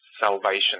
salvation